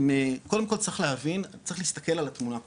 קודם כל צריך להסתכל על התמונה כולה,